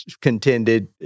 contended